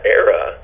era